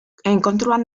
enkontruan